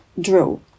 drill